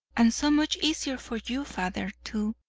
and so much easier for you, father, too,